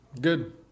Good